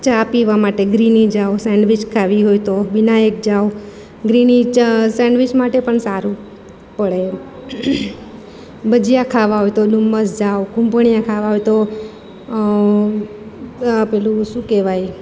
ચા પીવા માટે ગ્રીની જાઓ સેન્ડવિચ ખાવી હોય તો વિનાયક જાઓ ગ્રીની ચ સેન્ડવિચ માટે પણ સારું પડે ભજીયા ખાવા હોય તો ડુમસ જાઓ કૂંપણીયા ખાવા હોય તો પેલું શું કહેવાય